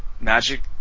magic